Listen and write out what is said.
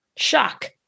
shock